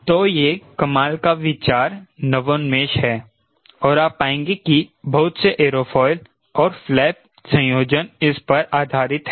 तो यह कमाल का विचार नवोन्मेष है और आप पाएंगे कि बहुत से एयरोफॉयल और फ्लैप संयोजन इस पर आधारित है